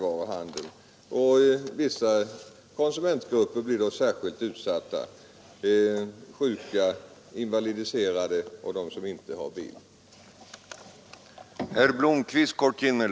Vissa konsumentgrupper blir särskilt utsatta — sjuka, invalidiserade och de som inte har bil.